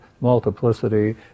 multiplicity